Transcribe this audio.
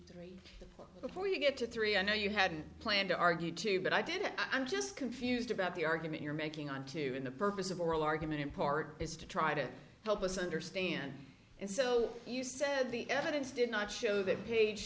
issues before you get to three i know you hadn't planned to argue too but i didn't i'm just confused about the argument you're making on to in the purpose of oral argument in part is to try to help us understand and so you said the evidence did not show that page